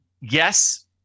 yes